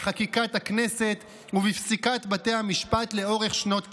בחקיקת הכנסת ובפסיקת בתי המשפט לאורך שנות קיומה.